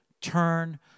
turn